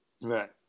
Right